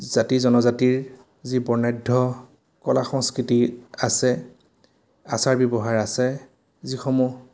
জাতি জনজাতিৰ যি বৰ্ণাঢ্য কলা সংস্কৃতি আছে আচাৰ ব্যৱহাৰ আছে যিসমূহ